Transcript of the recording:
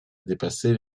dépasser